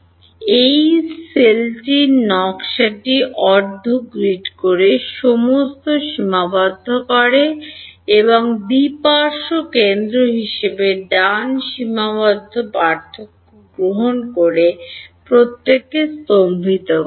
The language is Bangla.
এই ই সেলটির নকশাটি অর্ধ গ্রিড করে সমস্ত সীমাবদ্ধ করে এবং দ্বি পার্শ্ব কেন্দ্র হিসাবে ডান সীমাবদ্ধ পার্থক্য গ্রহণ করে প্রত্যেককে স্তম্ভিত করে